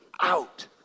out